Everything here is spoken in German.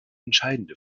entscheidende